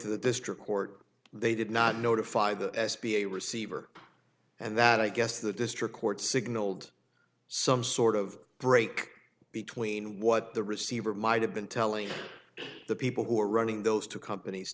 to the district court they did not notify the s b a receiver and that i guess the district court signaled some sort of break between what the receiver might have been telling the people who are running those two companies